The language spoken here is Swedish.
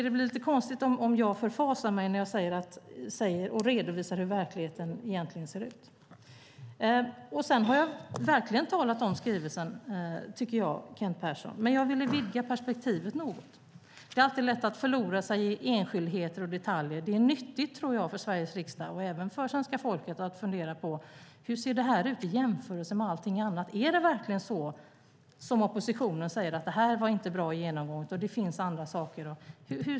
Det blir lite konstigt om jag förfasar mig när jag redovisar hur verkligheten egentligen ser ut. Jag har talat om skrivelsen, Kent Persson. Men jag ville vidga perspektivet något. Det är alltid lätt att förlora sig i enskildheter och detaljer. Det är nyttigt för Sveriges riksdag och även svenska folket att fundera på: Hur ser detta ut i jämförelse med allting annat? Är det verkligen så som oppositionen säger att detta inte var bra genomgånget och att det finns andra saker?